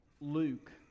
Luke